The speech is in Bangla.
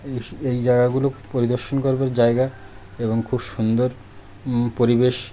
এই এই জায়গাগুলো পরিদর্শন করার জায়গা এবং খুব সুন্দর পরিবেশ